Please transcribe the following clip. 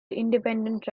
independent